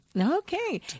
Okay